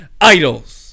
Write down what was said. idols